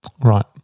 Right